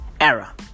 era